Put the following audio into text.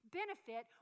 benefit